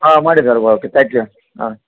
ಆಂ ಮಾಡಿ sir okay thank you ಹಾಂ